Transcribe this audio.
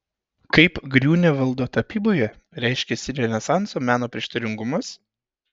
kaip griunevaldo tapyboje reiškėsi renesanso meno prieštaringumas